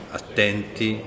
attenti